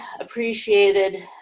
appreciated